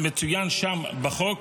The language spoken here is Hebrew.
מצוין שם בחוק,